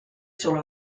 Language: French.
sur